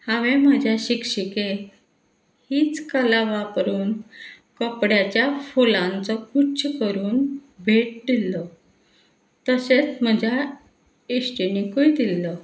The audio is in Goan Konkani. हांवें म्हज्या शिक्षिके हीच कला वापरून कपड्याच्या फुलांचो गुच्छो करून भेट दिल्लो तशेंत म्हज्या इश्टिणीकूय दिल्लो